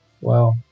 wow